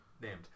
named